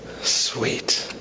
sweet